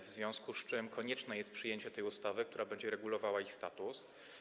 W związku z tym konieczne jest przyjęcie tej ustawy, która będzie regulowała ich status.